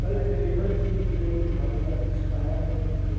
کل ڈلیور کی گئی مٹھائیاں ایکسپائر ہو چکی